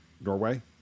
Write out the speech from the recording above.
Norway